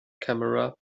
camera